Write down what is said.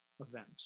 Event